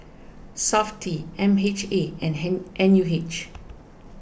SAFTI M H A and hen N U H